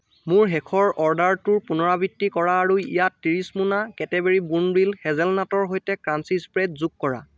মোৰ শেষৰ অৰ্ডাৰটোৰ পুনৰাবৃত্তি কৰা আৰু ইয়াত ত্ৰিছ মোনা কেটবেৰী বোৰ্ণভিল হেজেলনাটৰ সৈতে ক্ৰাঞ্চি স্প্ৰেড যোগ কৰা